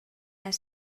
les